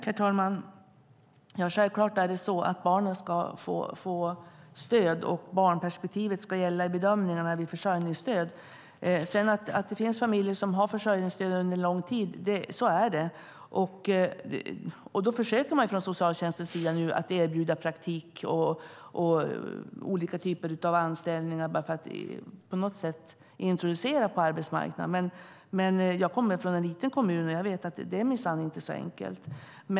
Herr talman! Självklart ska barnen få stöd, och barnperspektivet ska gälla vid bedömningarna av rätten till försörjningsstöd. Det finns familjer som har försörjningsstöd under en lång tid, så är det. Man försöker från socialtjänstens sida nu att erbjuda praktik och olika typer av anställningar för introduktion på arbetsmarknaden, men jag kommer från en liten kommun och jag vet att det minsann inte är så enkelt.